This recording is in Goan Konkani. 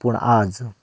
पूण आयज